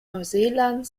neuseeland